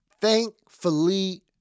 Thankfully